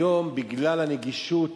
היום, בגלל הנגישות